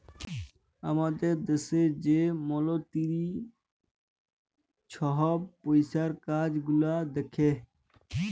আমাদের দ্যাশে যে মলতিরি ছহব পইসার কাজ গুলাল দ্যাখে